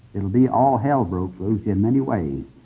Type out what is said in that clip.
it'll be all hell broken loose in many ways,